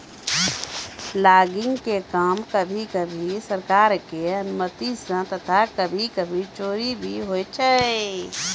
logging के काम कभी कभी सरकार के अनुमती सॅ तथा कभी कभी चोरकी भी होय छै